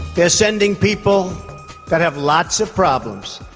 they are sending people that have lots of problems,